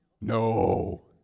No